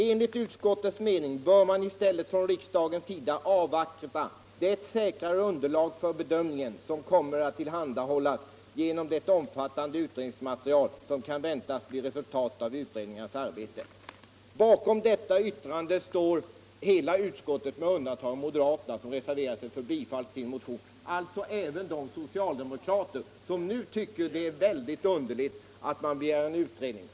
Enligt utskottets mening bör man i stället från riksdagens sida avvakta det säkrare underlag för bedömningen som kommer att tillhandahållas genom det omfattande utredningsmaterial som kan väntas bli resultatet av utredningarnas arbete.” Bakom detta yttrande stod hela utskottet med undantag av moderaterna, som reserverade sig för bifall till motionen — alltså även de socialdemokrater som nu tycker det är underligt att man begär en utredning.